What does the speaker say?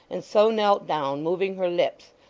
and so knelt down, moving her lips,